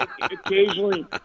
occasionally